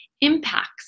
impacts